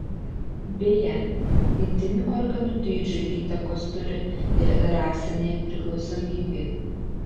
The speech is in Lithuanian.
beje intymių organų dydžiui įtakos turi ir rasinė priklausomybė